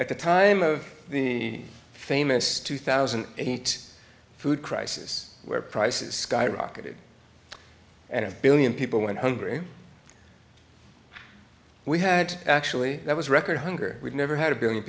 at the time of the famous two thousand and eight food crisis where prices skyrocketed and a billion people in hungary we had actually there was record hunger we've never had a billion